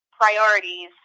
priorities